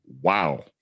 Wow